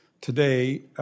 Today